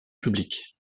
publique